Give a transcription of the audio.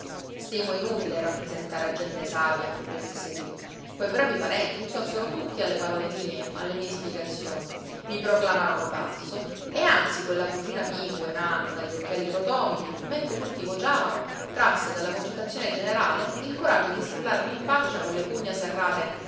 stimo inutile rappresentare a gente savia quel che seguí quei bravi parenti insorsero tutti alle parole mie alle mie spiegazioni mi proclamarono pazzo e anzi quella cugina pingue nana dagli occhiali rotondi mentre tutti vociavano trasse dalla concitazione generale il coraggio di strillarmi in faccia con le pugna serrate